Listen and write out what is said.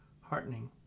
heartening